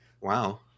wow